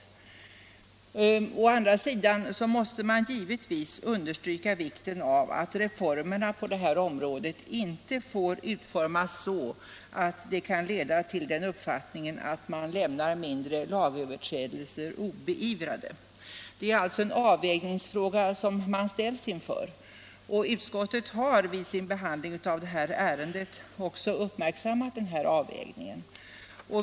Å andra Beivrande av mindre lagöverträdelser 55 Beivrande av mindre lagöverträdelser sidan måste man givetvis understryka vikten av att reformerna på det här området inte får utformas så att de leder till den uppfattningen att man lämnar mindre lagöverträdelser obeivrade. Det är alltså en avvägningsfråga man ställs inför och utskottet har vid sin behandling av det här ärendet också uppmärksammat den avvägningen.